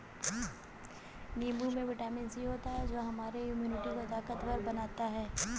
नींबू में vitamin C होता है जो हमारे इम्यूनिटी को ताकतवर बनाता है